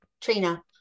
Trina